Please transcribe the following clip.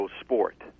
sport